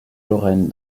lorraine